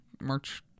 March